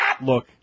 look